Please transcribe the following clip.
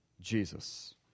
Jesus